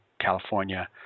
California